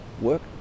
work